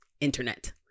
internet